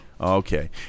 Okay